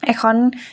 এখন